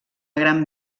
gran